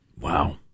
Wow